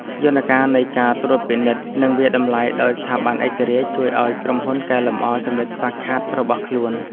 យន្តការនៃការត្រួតពិនិត្យ និងវាយតម្លៃដោយស្ថាប័នឯករាជ្យជួយឱ្យក្រុមហ៊ុនកែលម្អចំណុចខ្វះខាតរបស់ខ្លួន។